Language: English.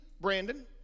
Brandon